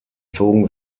zogen